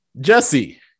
Jesse